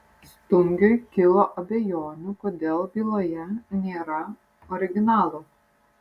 stungiui kilo abejonių kodėl byloje nėra originalo